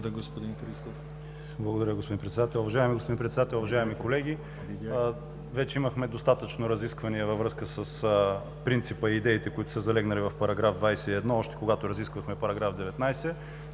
Уважаеми господин Председател, уважаеми колеги! Вече имахме достатъчно разисквания във връзка с принципа и идеите, които са залегнали в § 21, още когато разисквахме § 19.